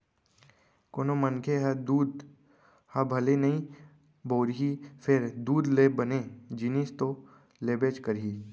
कोनों मनखे ह दूद ह भले नइ बउरही फेर दूद ले बने जिनिस तो लेबेच करही